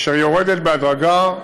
אשר יורדת בהדרגה,